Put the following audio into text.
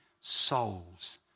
souls